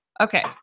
Okay